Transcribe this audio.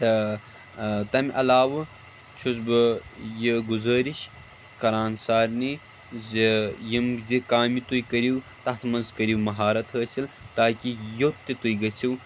تہٕ تَمہِ علاوٕ چھُس بہٕ یہِ گُزٲرِش کران سارِنٕے زِ یِم تہِ کامہِ تُہۍ کٔرو تَتھ منٛز کٔرِو مہارَتھ حٲصِل تاکہِ یوٚت تہِ تُہۍ گٔژِھو